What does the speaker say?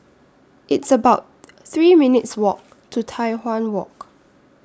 It's about three minutes' Walk to Tai Hwan Walk